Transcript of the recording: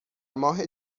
ماه